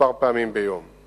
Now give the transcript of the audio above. הררית